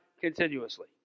continuously